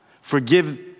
Forgive